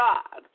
God